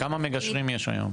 כמה מגשרים יש היום.